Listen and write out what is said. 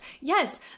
Yes